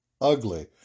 ugly